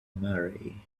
marry